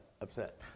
upset